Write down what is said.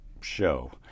show